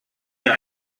mir